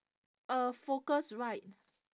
uh focus right